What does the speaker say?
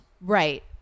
Right